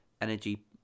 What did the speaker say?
energy